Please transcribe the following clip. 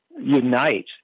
unite